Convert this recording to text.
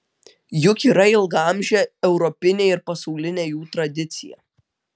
juk yra ilgaamžė europinė ir pasaulinė jų tradicija